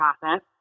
process